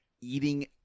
eating